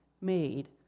made